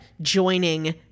joining